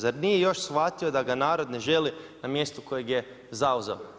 Zar nije još shvatio da ga narod ne želi na mjestu kojeg je zauzeo.